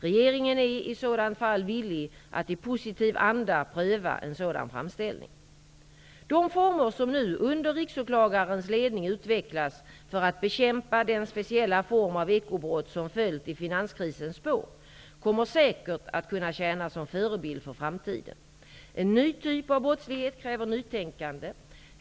Regeringen är i sådant fall villig att i positiv anda pröva en sådan framställning. De former som nu under Riksåklagarens ledning utvecklas för att bekämpa den speciella form av ekobrott som följt i finanskrisens spår kommer säkert att kunna tjäna som förebild för framtiden. En ny typ av brottslighet kräver nytänkande.